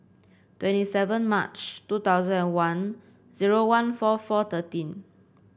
twenty seven March two thousand and one zero one four four thirteen